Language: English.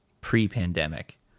pre-pandemic